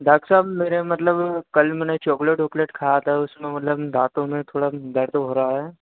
डाक साहब मेरे मतलब कल मैंने चोकलेट वोकलेट खाया था उसमें मतलब दाँतों में थोड़ा दर्द हो रहा है